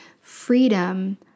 freedom